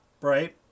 right